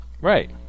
Right